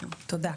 תודה.